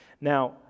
Now